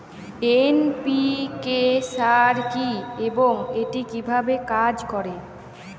NPK সার কি এবং এটি কিভাবে কাজ করে?